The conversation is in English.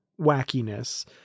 wackiness